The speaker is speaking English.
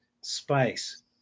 space